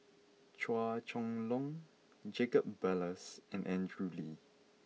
Chua Chong Long Jacob Ballas and Andrew Lee